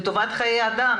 לטובת חיי אדם,